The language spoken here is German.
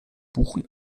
buchen